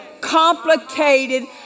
complicated